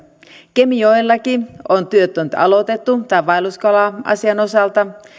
kemijoellakin on työt nyt aloitettu tämän vaelluskala asian osalta